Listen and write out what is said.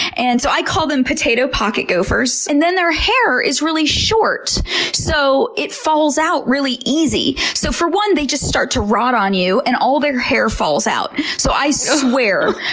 and so i call them potato pocket gophers. and their hair is really short so it falls out really easy. so for one, they just start to rot on you, and all their hair falls out. so i swear,